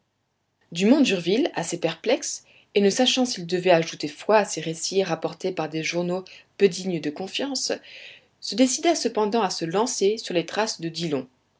dumont d'urville assez perplexe et ne sachant s'il devait ajouter foi à ces récits rapportés par des journaux peu dignes de confiance se décida cependant à se lancer sur les traces de dillon